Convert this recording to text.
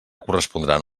correspondran